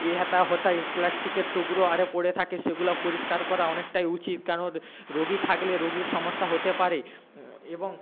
এ হেথা হোথায় প্লাস্টিকের টুকরো আর পড়ে থাকে সেগুলো পরিষ্কার করা অনেকটাই উচিত কারণ রোগী থাকলে রোগীর সমস্যা হতে পারে এবং